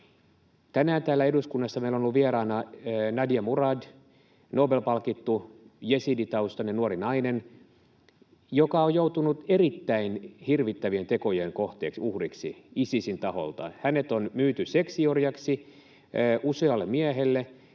Tänään täällä eduskunnassa meillä on ollut vieraana Nadia Murad, Nobel-palkittu jesiditaustainen nuori nainen, joka on joutunut erittäin hirvittävien tekojen uhriksi Isisin taholta. Hänet on myyty seksiorjaksi usealle miehelle,